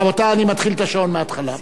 רבותי, אני מתחיל את השעון מההתחלה.